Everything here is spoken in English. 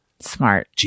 Smart